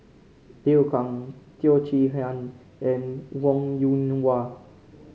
Liu Kang Teo Chee Hean and Wong Yoon Wah